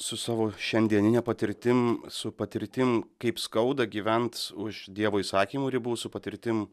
su savo šiandienine patirtim su patirtim kaip skauda gyvent už dievo įsakymų ribų su patirtim